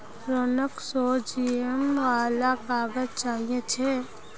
रोहनक सौ जीएसएम वाला काग़ज़ चाहिए छिले